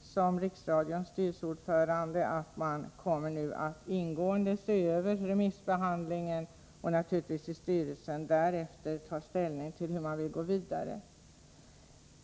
som Riksradions styrelseordförande, uttalade att man nu ingående kommer att se över remissbehandlingen och naturligtvis därefter i styrelsen ta ställning till hur man vill gå vidare.